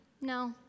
No